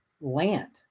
land